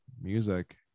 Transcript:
music